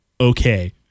okay